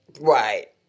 Right